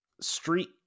street